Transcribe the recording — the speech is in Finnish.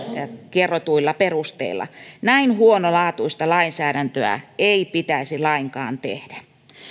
kerrotuilla perusteilla näin huonolaatuista lainsäädäntöä ei pitäisi lainkaan tehdä